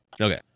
Okay